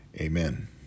Amen